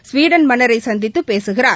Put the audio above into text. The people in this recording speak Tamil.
ஸ்வீடன் மன்னரைசந்தித்துபேசுகிறார்